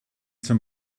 zum